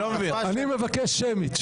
אני מבקש שמית,